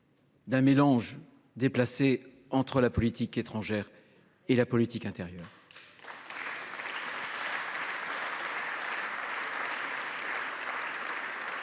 d’un mélange déplacé entre politique étrangère et politique intérieure,